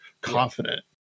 confident